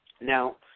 Now